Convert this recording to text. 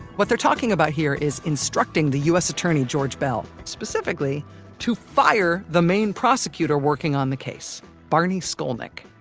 what they're talking about here is instructing the u s. attorney george beall specifically to fire the main prosecutor working on the case, barney skolnik